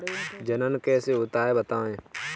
जनन कैसे होता है बताएँ?